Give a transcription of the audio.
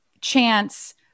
chance